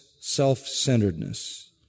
self-centeredness